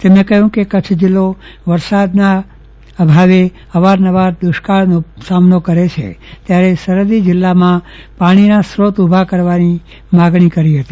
તેમણે કહ્યું કે કચ્છ જિલ્લો વરસાદના અભાવે અવારનવાર દુકાળનો સામનો કરે છે તેમણે સરહદી જિલ્લામાં પાણીના સ્રોત ઉભા કરવાની માંગણી કરી હતી